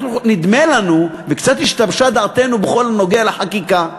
נדמה לנו, וקצת השתבשה דעתנו בכל הנוגע לחקיקה,